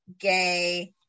gay